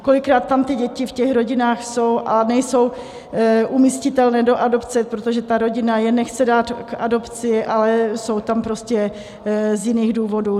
Kolikrát ty děti v rodinách jsou a nejsou umístitelné do adopce, protože rodina je nechce dát k adopci, ale jsou tam prostě z jiných důvodů.